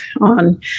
on